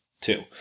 two